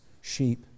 sheep